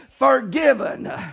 Forgiven